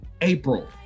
april